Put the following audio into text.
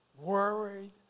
worried